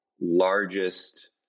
largest